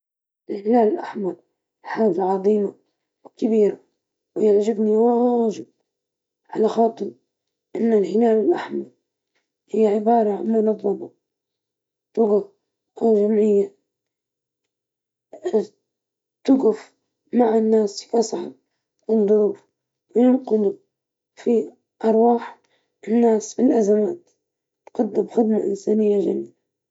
أدعم مؤسسة تهتم بالتعليم الصحي للأطفال، هدفهم مهم لأن التعليم يلعب دور كبير في تغيير المستقبل وتحسين جودة الحياة.